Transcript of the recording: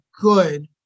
good